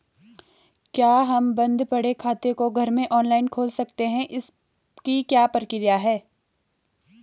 क्या हम बन्द पड़े खाते को घर में ऑनलाइन खोल सकते हैं इसकी क्या प्रक्रिया है?